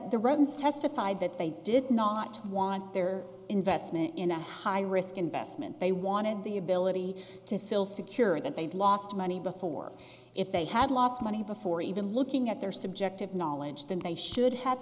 the runs testify that they did not want their investment in a high risk investment they wanted the ability to feel secure that they'd lost money before if they had lost money before even looking at their subjective knowledge then they should have